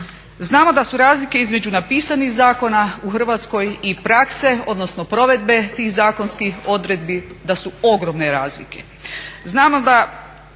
Znamo da su razlike između napisanih zakona u Hrvatskoj i prakse odnosno provedbe tih zakonskih odredbi da su ogromne razlike.